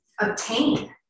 obtain